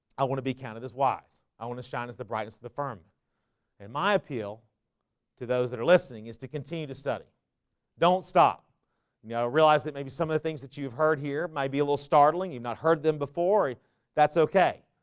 i want to be counted as wise i want to shine as the brightest of the firm in my appeal to those that are listening is to continue to study don't stop you know realize that maybe some of the things that you've heard here might be a little startling you've not heard them before that's okay.